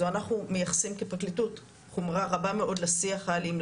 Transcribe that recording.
אנחנו מייחסים כפרקליטות חומרה רבה מאוד לשיח האלים,